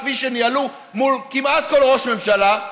כפי שניהלו מול כמעט כל ראש ממשלה,